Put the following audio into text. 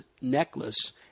necklace